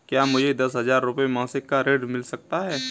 क्या मुझे दस हजार रुपये मासिक का ऋण मिल सकता है?